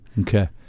Okay